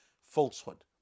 Falsehood